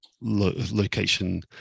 location